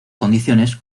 condiciones